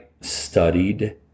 studied